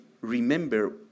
remember